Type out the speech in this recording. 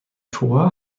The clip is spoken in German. tor